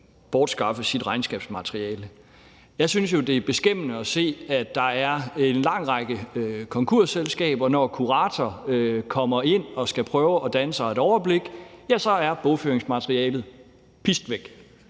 bortskaffe sit regnskabsmateriale. Jeg synes jo, det er beskæmmende at se, at der er en lang række konkursselskaber, hvor det er sådan, at når kurator kommer ind og skal prøve at danne sig et overblik, ja, så er bogføringsmaterialet pist væk.